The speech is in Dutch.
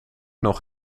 nog